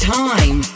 time